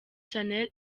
shanel